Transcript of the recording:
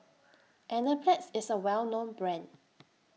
Enzyplex IS A Well known Brand